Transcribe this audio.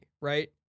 right